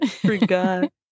forgot